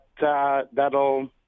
that'll